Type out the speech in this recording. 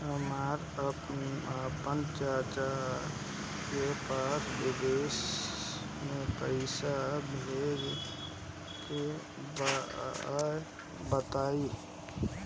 हमरा आपन चाचा के पास विदेश में पइसा भेजे के बा बताई